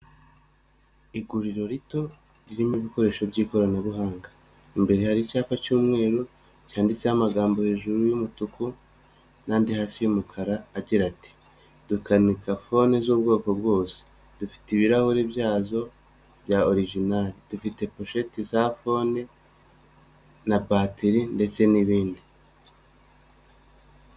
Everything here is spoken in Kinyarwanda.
Iguriro rito ririmo ibikoresho by'ikoranabuhanga, imbere hari icyapa cy'umweru cyanditseho amagambo hejuru y'umutuku n'andi hasi y'umukara, agira ati: dukanika fone z'ubwoko bwose, dufite ibirahuri byazo bya orijinari, dufite posheti za phone na batiri ndetse n'ibindi.